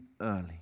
early